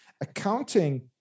Accounting